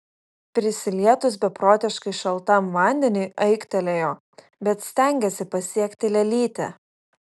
prisilietus beprotiškai šaltam vandeniui aiktelėjo bet stengėsi pasiekti lėlytę